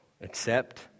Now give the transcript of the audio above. Accept